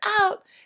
out